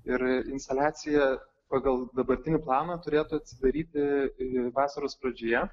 ir instaliacija pagal dabartinį planą turėtų atsidaryti vasaros pradžioje